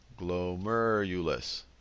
Glomerulus